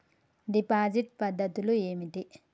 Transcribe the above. Deposit పద్ధతులు ఏమిటి?